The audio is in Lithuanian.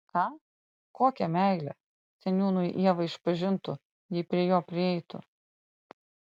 ką kokią meilę seniūnui ieva išpažintų jei prie jo prieitų